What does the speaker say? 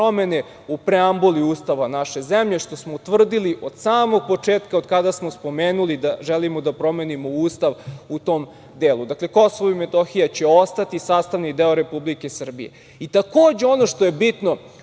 promene u preambuli Ustava naše zemlje, što smo utvrdili od samog početka od kada smo spomenuli da želimo da promenimo Ustav u tom delu. Dakle, Kosovo i Metohija će ostati sastavni deo Republike Srbije. Takođe, ono što je bitno,